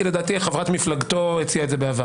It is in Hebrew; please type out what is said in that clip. כי לדעתי חברת מפלגתו הציעה את זה בעבר.